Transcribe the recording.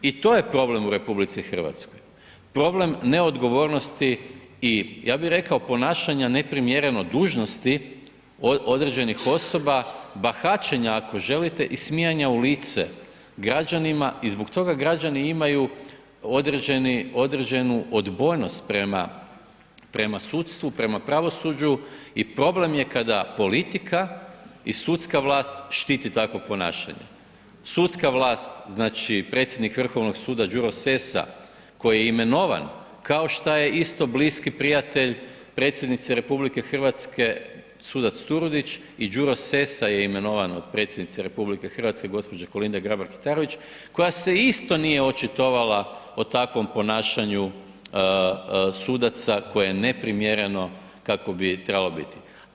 I to je problem u RH, problem neodgovornosti i ja bi rekao ponašanja neprimjereno dužnosti određenih osoba, bahaćenja ako želite i smijanja u lice građanima i zbog toga građani imaju određeni, određenu odbojnost prema, prema sudstvu, prema pravosuđu i problem je kada politika i sudska vlast štiti takvo ponašanje, sudska vlast znači predsjednik Vrhovnog suda Đuro Sesa koji je imenovan, kao šta je isto bliski prijatelj predsjednice RH sudac Turudić i Đuro Sesa je imenovan od predsjednice RH gđe. Kolinde Grabar Kitarović koja se isto nije očitovala o takvom ponašanju sudaca koje je neprimjereno kakvo bi trebalo biti.